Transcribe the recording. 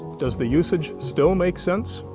does the usage still make sense?